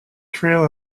trail